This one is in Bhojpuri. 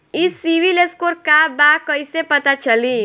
ई सिविल स्कोर का बा कइसे पता चली?